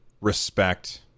respect